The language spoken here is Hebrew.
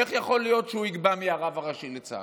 איך יכול להיות שהוא יקבע מי הרב הראשי לצה"ל?